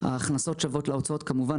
ההכנסות שוות להוצאות, כמובן.